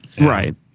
Right